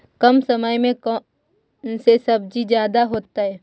कम समय में कौन से सब्जी ज्यादा होतेई?